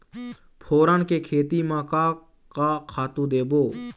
फोरन के खेती म का का खातू देबो?